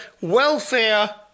welfare